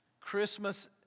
Christmas